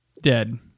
dead